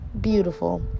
beautiful